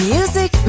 Music